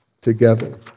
together